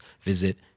visit